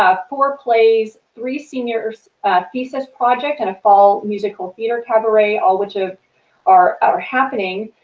ah four plays, three senior thesis projects, and a fall musical theater cabaret, all which ah are are happening.